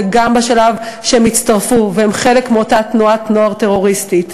וגם בשלב שהם הצטרפו והם חלק מאותה תנועת נוער טרוריסטית.